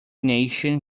nation